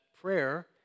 prayer